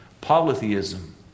polytheism